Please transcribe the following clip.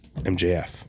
MJF